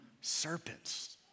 serpents